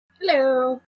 Hello